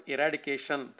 Eradication